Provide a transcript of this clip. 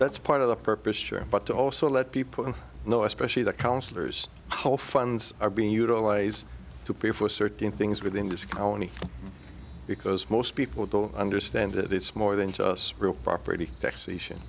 that's part of the purpose sure but to also let people know especially the counselors whole funds are being utilised to pay for certain things within this colony because most people don't understand that it's more than just real property taxation